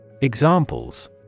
Examples